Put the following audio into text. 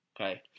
okay